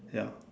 ya